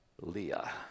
Leah